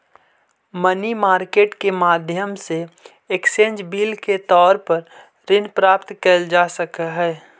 money market के माध्यम से एक्सचेंज बिल के तौर पर ऋण प्राप्त कैल जा सकऽ हई